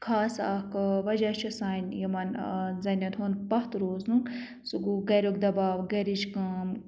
خاص اَکھ وَجہ چھِ سانہِ یِمَن زَنٮ۪ن ہُنٛد پَتھ روزنُک سُہ گوٚو گَریُٚک دَباو گَرِچ کٲم